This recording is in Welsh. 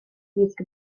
gwisg